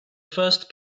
first